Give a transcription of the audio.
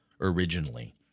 originally